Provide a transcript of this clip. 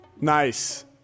Nice